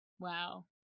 Wow